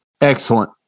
Excellent